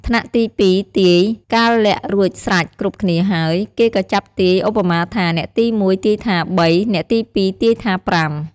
ថ្នាក់ទី ២ ទាយ កាលលាក់រួចស្រេចគ្រប់គ្នាហើយ គេក៏ចាប់ទាយ ឧបមាថា អ្នកទី ១ ទាយថា ៣ អ្នកទី ២ ទាយថា ៥។